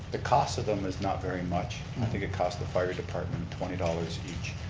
the costs of them is not very much. and i think it costs the fire department twenty dollars each,